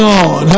on